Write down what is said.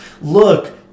Look